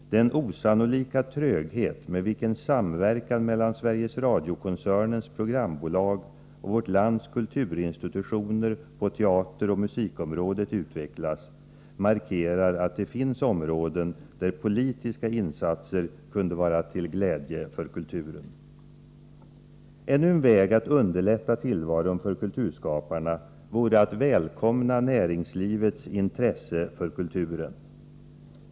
Den osannolika tröghet med vilken samverkan mellan Sveriges Radio-koncernens programbolag och vårt lands kulturinstitutioner på teateroch musikområdet utvecklas markerar att det finns områden, där politiska insatser kunde vara till glädje för kulturen. Ännu en väg att underlätta tillvaron för kulturskaparna vore att välkomna näringslivets intresse för kulturen.